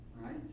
right